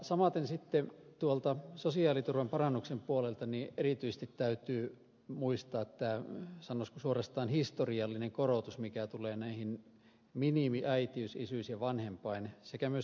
samaten sitten tuolta sosiaaliturvan parannuksen puolelta erityisesti täytyy muistaa tämä sanoisiko suorastaan historiallinen korotus mikä tulee näihin minimiäitiys isyys ja vanhempain sekä myös sairauspäivärahoihin